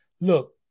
Look